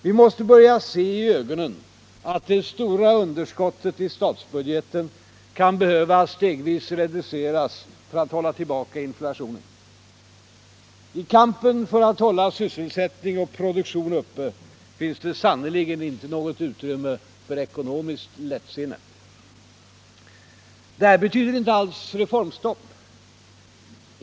Vi måste börja se i ögonen att det stora underskottet i statsbudgeten kan behöva stegvis reduceras för att hålla tillbaka inflationen. I kampen för att hålla sysselsättning och produktion uppe finns det sannerligen inte något utrymme för ekonomiskt lättsinne. Detta betyder inte alls reformstopp.